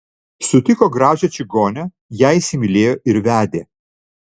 sutiko gražią čigonę ją įsimylėjo ir vedė